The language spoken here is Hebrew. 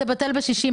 זה בטל בשישים,